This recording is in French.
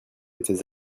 étais